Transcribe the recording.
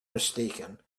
mistaken